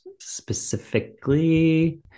Specifically